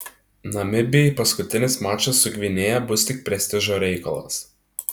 namibijai paskutinis mačas su gvinėja bus tik prestižo reikalas